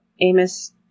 Amos